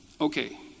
okay